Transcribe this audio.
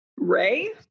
ray